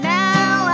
now